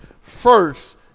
first